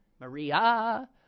Maria